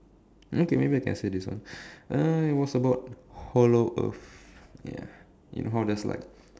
okay maybe I can say this one uh it was about hollow earth ya you know how there's like